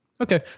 okay